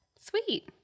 Sweet